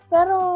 Pero